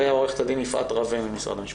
אחריה עו"ד יפעת רווה, משרד המשפטים,